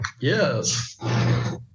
Yes